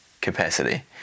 capacity